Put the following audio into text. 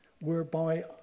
whereby